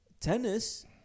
Tennis